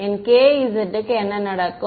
என் kz க்கு என்ன நடக்கும்